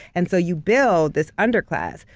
and so you build this underclass,